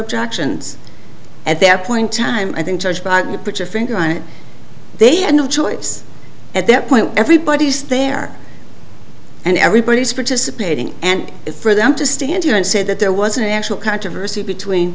objections at that point time i think george but you put your finger on it they had no choice at that point everybody's there and everybody's participating and for them to stand here and say that there was an actual controversy between